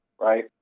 right